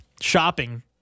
shopping